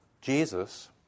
Jesus